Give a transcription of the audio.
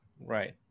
Right